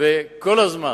וכל הזמן.